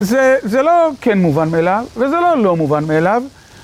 זה לא כן מובן מאליו, וזה לא לא מובן מאליו.